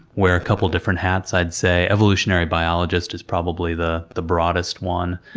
wear a couple different hats, i'd say. evolutionary biologist is probably the the broadest one.